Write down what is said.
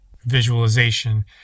visualization